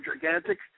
gigantic